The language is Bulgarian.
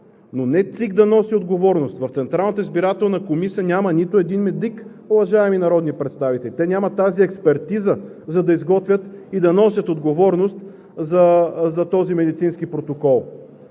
Централната избирателна комисия няма нито един медик, уважаеми народни представители. Те нямат тази експертиза, за да изготвят и да носят отговорност за този медицински протокол.